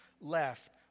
left